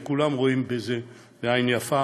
וכולם רואים את זה בעין יפה,